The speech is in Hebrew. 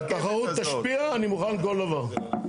כשהתחרות תשפיע אני מוכן לכל דבר.